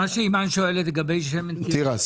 מה לגבי שמן תירס?